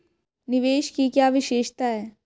निवेश की क्या विशेषता है?